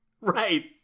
Right